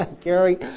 Gary